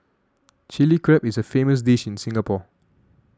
Chilli Crab is a famous dish in Singapore